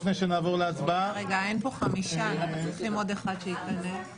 מי בעד בקשת הממשלה להקדמת